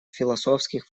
философских